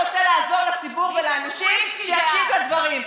מי שרוצה לעזור לציבור ולאנשים, שיקשיב לדברים.